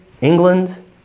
England